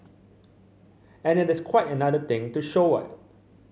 and it is quite another thing to show it